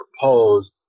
proposed